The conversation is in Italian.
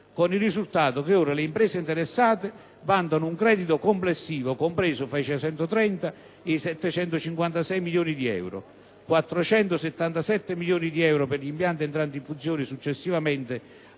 con il risultato che ora le imprese interessate vantano un credito complessivo compreso tra i 630 e i 756 milioni di euro: 477 milioni di euro per gli impianti entrati in funzione successivamente